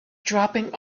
dropping